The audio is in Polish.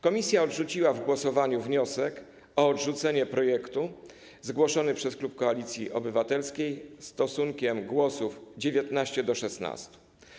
Komisja odrzuciła w głosowaniu wniosek o odrzucenie projektu zgłoszony przez klub Koalicji Obywatelskiej stosunkiem głosów 19 do 16.